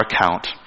account